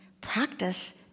practice